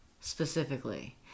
specifically